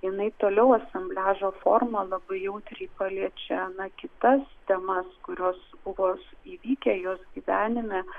jinai toliau asambliažo forma labai jautriai paliečia na kitas temas kurios buvo įvykę jos gyvenime